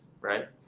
right